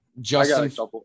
Justin